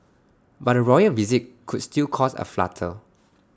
but A royal visit could still cause A flutter